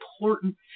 important